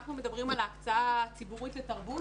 אנחנו מדברים על ההקצאה הציבורית לתרבות,